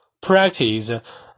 practice